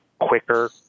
quicker